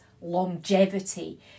longevity